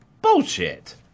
Bullshit